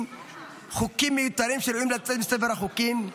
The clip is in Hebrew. חוקים מיותרים שראויים לצאת מספר החוקים,